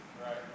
Right